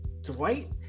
Dwight